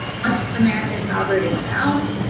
once american foulbrood is found,